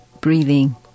Breathing